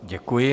Děkuji.